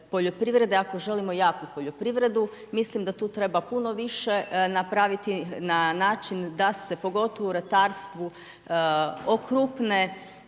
ako želimo jaku poljoprivredu, mislim da tu treba puno više napraviti na način da se pogotovo u ratarstvu okrupne